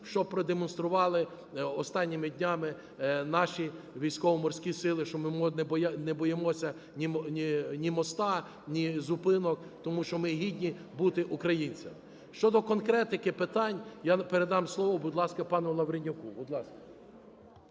що продемонстрували останніми днями наші Військово-Морські Сили, що ми не боїмося ні моста, ні зупинок, тому що ми гідні бути українцями. Щодо конкретики питань, я передам слово, будь ласка, пану Лавренюку.